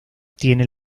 tiene